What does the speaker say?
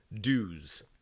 dues